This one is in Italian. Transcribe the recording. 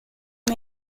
del